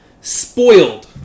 spoiled